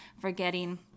forgetting